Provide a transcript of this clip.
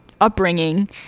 upbringing